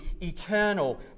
eternal